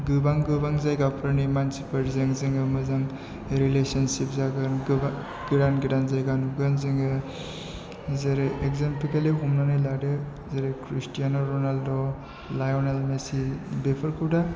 गोबां गोबां जायगाफोरनि मानसिफोरजों जोङो मोजां रिलेशनसिप जागोन गोबां गोदान गोदान जायगा नुगोन जोङो जेरै एक्जामपोल हमनानै लादो जेरै क्रिसटियान' रनालड' लिय'नेल मेसि बेफोरखौ दा